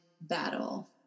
battle